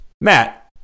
Matt